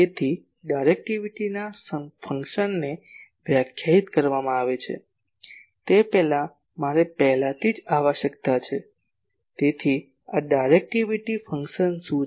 તેથી ડાયરેક્ટિવિટી ફંક્શનને વ્યાખ્યાયિત કરવામાં આવે છે તે પહેલાં મારે પહેલાથી જ આવશ્યકતા છે તેથી આ ડાયરેક્ટિવિટી ફંક્શન શું છે